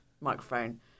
microphone